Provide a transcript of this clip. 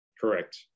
Correct